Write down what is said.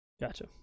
Gotcha